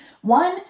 one